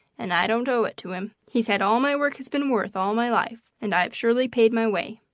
and i don't owe it to him. he's had all my work has been worth all my life, and i've surely paid my way.